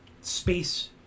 space